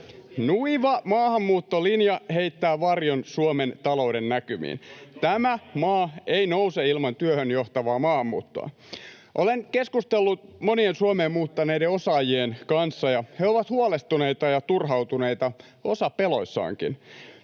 Nuiva maahanmuuttolinja heittää varjon Suomen talouden näkymiin. Tämä maa ei nouse ilman työhön johtavaa maahanmuuttoa. Olen keskustellut monien Suomeen muuttaneiden osaajien kanssa, ja he ovat huolestuneita ja turhautuneita, osa peloissaankin.